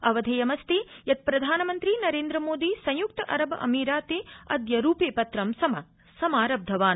अवधेयमस्ति यत् प्रधानमन्त्री नरेन्द्रमोदी संयुक्त अरब अमीराते अद्य रूपे पत्रं समारब्धवान्